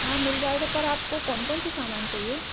हाँ मिल जाएगा पर आपको कौन कौनसी सामान चाहिए